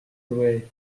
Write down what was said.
away